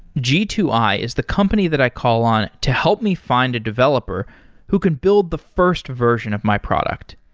g two i is the company that i call on to help me find a developer who can build the first version of my product.